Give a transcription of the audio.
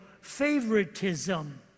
favoritism